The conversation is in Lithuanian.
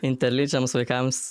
interlyčiams vaikams